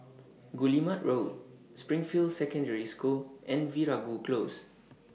Guillemard Road Springfield Secondary School and Veeragoo Close